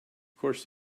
course